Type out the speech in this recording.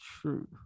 true